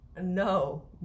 no